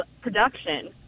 production